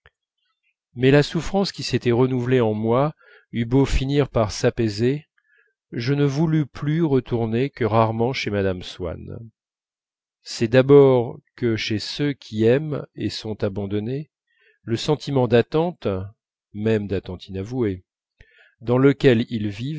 mais la souffrance qui s'était renouvelée en moi eut beau finir par s'apaiser je ne voulus plus retourner que rarement chez mme swann c'est d'abord que chez ceux qui aiment et sont abandonnés le sentiment d'attente même d'attente inavouée dans lequel ils vivent